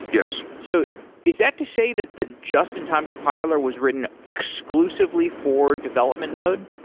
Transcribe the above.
yes. so is that to say that the just-in-time compiler was written exclusively for development mode?